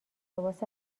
لباس